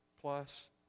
plus